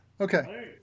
Okay